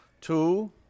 two